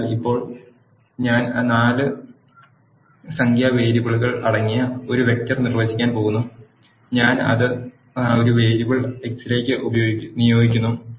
അതിനാൽ ഇപ്പോൾ ഞാൻ നാല് സംഖ്യാ വേരിയബിളുകൾ അടങ്ങിയ ഒരു വെക്റ്റർ നിർവചിക്കാൻ പോകുന്നു ഞാൻ അത് ഒരു വേരിയബിൾ എക് സിലേക്ക് നിയോഗിക്കുന്നു